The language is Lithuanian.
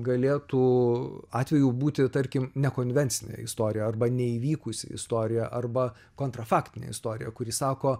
galėtų atvejų būti tarkim nekonvencinė istorija arba neįvykusi istorija arba kontrafaktinė istorija kuri sako